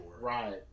Right